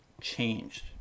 changed